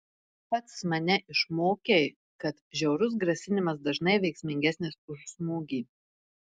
pats mane išmokei kad žiaurus grasinimas dažnai veiksmingesnis už smūgį